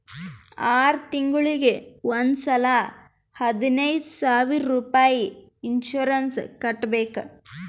R ತಿಂಗುಳಿಗ್ ಒಂದ್ ಸಲಾ ಹದಿನೈದ್ ಸಾವಿರ್ ರುಪಾಯಿ ಇನ್ಸೂರೆನ್ಸ್ ಕಟ್ಬೇಕ್